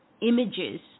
images